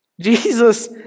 Jesus